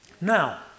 Now